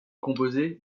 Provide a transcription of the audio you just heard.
composée